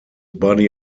body